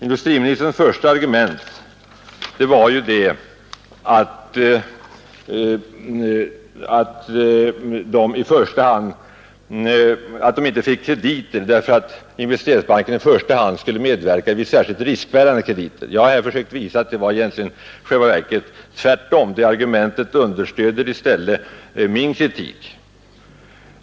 Industriministerns första argument var att de inte fick krediter därför att Investeringsbanken i första hand skulle medverka till särskilt riskbärande krediter. Jag har här försökt visa att det i själva verket är ett argument som verkar tvärtom. Detta argument understöder alltså i stället min kritik.